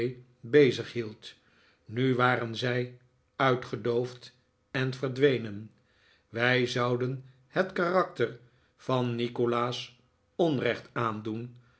bray bezighield nu waren zij uitgedoofd en verdwenen wij zouden het karakter van nikolais onrecht aandoen